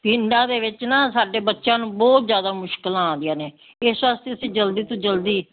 ਪਿੰਡਾਂ ਦੇ ਵਿੱਚ ਨਾ ਸਾਡੇ ਬੱਚਿਆਂ ਨੂੰ ਬਹੁਤ ਜ਼ਿਆਦਾ ਮੁਸ਼ਕਿਲਾਂ ਆਉਂਦੀਆਂ ਨੇ ਇਸ ਵਾਸਤੇ ਅਸੀਂ ਜਲਦੀ ਤੋਂ ਜਲਦੀ